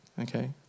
Okay